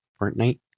Fortnite